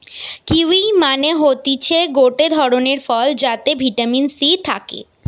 kiwi মানে হতিছে গটে ধরণের ফল যাতে ভিটামিন সি থাকে